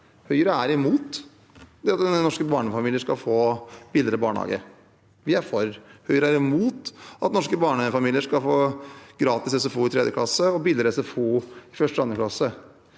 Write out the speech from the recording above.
Høyre er imot at norske barnefamilier skal få billigere barnehage. Vi er for. Høyre er imot at norske barnefamilier skal få gratis SFO i 3. klasse og billigere SFO i 1. klasse